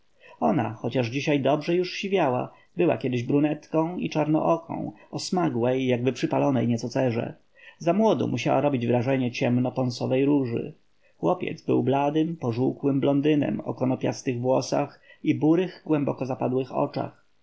ona chociaż dzisiaj dobrze już siwiała była kiedyś brunetą i czarnooką o smagłej jakby przypalonej nieco cerze za młodu musiała robić wrażenie ciemno ponsowej róży chłopiec był bladym pożółkłym blondynem o konopiastych włosach i burych głęboko zapadłych oczach